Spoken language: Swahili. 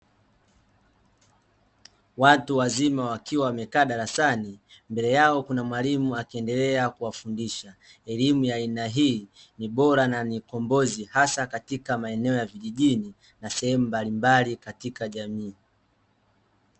Watu wazima wakiwa wamekaa darasani mbele yao kuna mwalimu akiendelea kuwafundisha. Elimu ya aina hii ni bora na ni kombozi hasa katika maeneno ya vijijini na sehemu mbalimbali katika jamii.